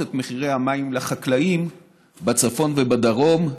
את מחירי המים לחקלאים בצפון ובדרום,